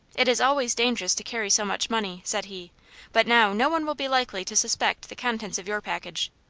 it is always dangerous to carry so much money, said he but now no one will be likely to suspect the contents of your package.